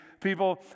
people